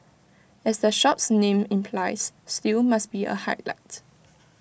as the shop's name implies stew must be A highlight